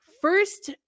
first